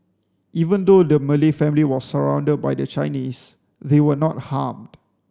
even though the Malay family was surrounded by the Chinese they were not harmed